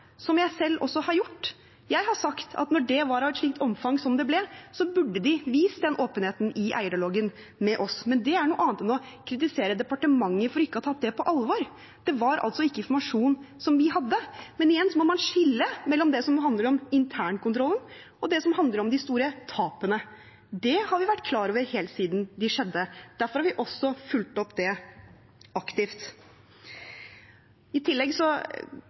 jeg selv også har gjort. Jeg har sagt at når det var av et slikt omfang som det ble, burde de vist den åpenheten i eierdialogen med oss. Men det er noe annet enn å kritisere departementet for ikke å ha tatt det på alvor. Det var altså ikke informasjon som vi hadde. Igjen: Man må skille mellom det som handler om internkontrollen, og det som handler om de store tapene. Dem har vi vært klar over helt siden de skjedde. Derfor har vi også fulgt opp det aktivt. I tillegg